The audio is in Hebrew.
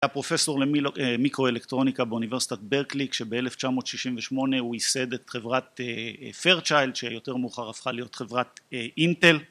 היה פרופסור למיקרואלקטרוניקה באוניברסיטת ברקלי, כשב-1968 הוא ייסד את חברת פרצ'יילד, שיותר מאוחר הפכה להיות חברת אינטל.